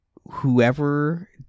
whoever